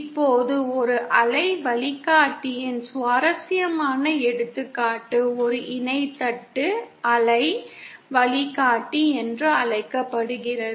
இப்போது ஒரு அலை வழிகாட்டியின் சுவாரஸ்யமான எடுத்துக்காட்டு ஒரு இணை தட்டு அலை வழிகாட்டி என்று அழைக்கப்படுகிறது